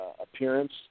appearance